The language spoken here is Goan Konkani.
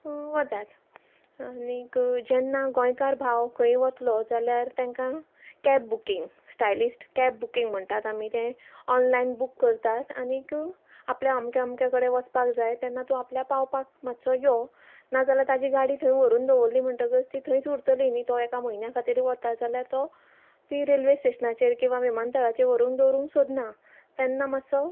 आनी वतात जेन्ना गोंयकार भाव खंयी वतलो जाल्यार तेंकां cab booking stylist cab booking म्हणटात आमी तें ऑनलायन बूक करतात आनी आपल्याक अमके अमके कडेन वचपाक जाय तेन्ना तूं आपल्या पावपाक मातसो यो नाजाल्यार ताजी गाडी थंय व्हरून दवरली म्हणटकच ती थंयच उरतली न्हय तो एका म्हयन्या खातीर वता जाल्यार तो ती रेल्वे स्टेशनाचेर किंवा विमानतळाचेर व्हरून दवरूंक सोदना तेन्ना मातसो